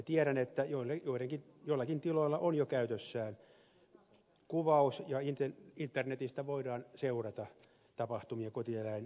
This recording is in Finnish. tiedän että joillakin tiloilla on jo käytössään kuvaus ja internetistä voidaan seurata tapahtumia kotieläinsuojassa ja eläinten hoidossa